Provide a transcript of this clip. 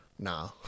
Nah